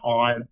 on